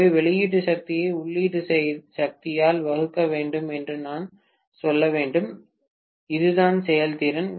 எனவே வெளியீட்டு சக்தியை உள்ளீட்டு சக்தியால் வகுக்க வேண்டும் என்று நான் சொல்ல வேண்டும் இதுதான் செயல்திறன்